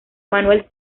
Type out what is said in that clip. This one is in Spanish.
manuel